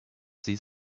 see